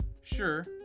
Sure